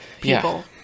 people